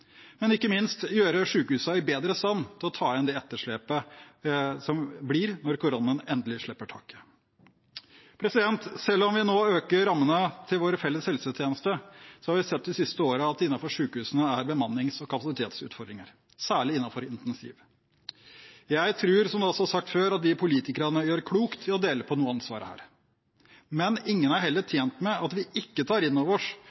men ikke minst for å gjøre sykehusene i bedre stand til å ta igjen det etterslepet som blir når korona endelig slipper taket. Selv om vi nå øker rammene til vår felles helsetjeneste, har vi de siste årene sett at det er bemannings- og kapasitetsutfordringer i sykehusene, særlig innenfor intensiv. Jeg tror, som jeg har sagt før, at vi politikere gjør klokt i å dele på noe av ansvaret. Men ingen er heller tjent med at vi ikke tar inn over oss